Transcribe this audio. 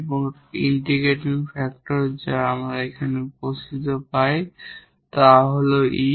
এবং integrating factor যা আমরা এখানে পাই তা হল 𝑒